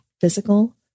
physical